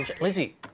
Lizzie